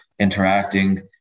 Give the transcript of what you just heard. interacting